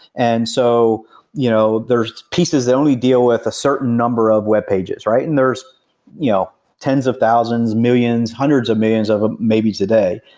and so you know there's pieces that only deal with a certain number of web pages and there's you know tens of thousands, millions, hundreds of millions of ah maybe today.